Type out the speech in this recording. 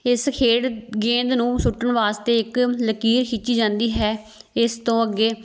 ਇਸ ਖੇਡ ਗੇਂਦ ਨੂੰ ਸੁੱਟਣ ਵਾਸਤੇ ਇੱਕ ਲਕੀਰ ਖਿੱਚੀ ਜਾਂਦੀ ਹੈ ਇਸ ਤੋਂ ਅੱਗੇ